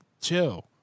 chill